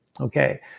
okay